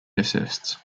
assists